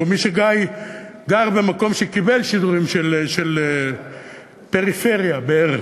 כמי שגר במקום שקיבל שידורים של פריפריה בערך,